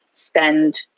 spend